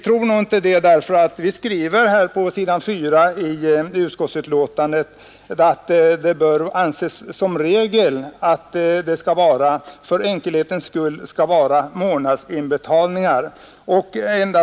Men vi skriver på s. 4 i utskottsbetänkandet att det som regel för enkelhetens skull skall vara månadsinbetalningar.